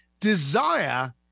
desire